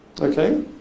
Okay